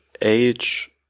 age